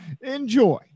enjoy